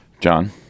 John